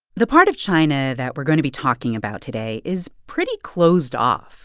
the part of china that we're going to be talking about today is pretty closed off.